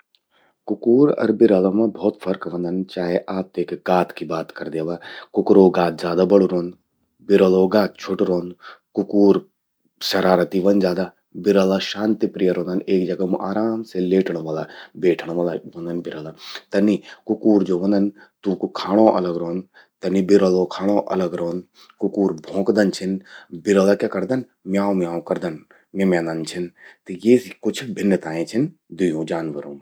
कुकूर अर बिरला मां भौत फर्क व्हंदन। चाहे आप गात कि बात कर द्यावा। कुकुरो गात ज्यादा बड़ु रौंद, बिरलौ गात छ्वोटु रौंद। कुकूर शरारति व्हंद ज्यादा, बिरला शांतिप्रिय रौंदन। एक जगा मूं आराम से लेटण वला, बैठण वला व्हंदन बिरला। तनि कुकूर ज्वो व्होंदन तूंकू खाणो अलग रौंद। तनि बिरलौ खाणो अलग रौंद। कुकूर भौंकदन छिन, बिरला क्या करदन, म्याऊं म्याऊं करदन, मिम्यांदन छिन। त यि कुछ भिन्नताएं छिन द्वयूं जानवरों मां।